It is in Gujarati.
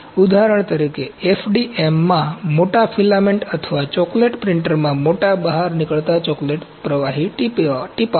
ઉદાહરણ તરીકે FDM માં મોટા ફિલામેન્ટ અથવા ચોકલેટ પ્રિન્ટરમાં મોટા બહાર નીકળતા ચોકલેટ પ્રવાહી ટીપાંઓ